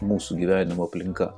mūsų gyvenimo aplinka